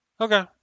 Okay